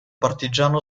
partigiano